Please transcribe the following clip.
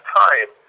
time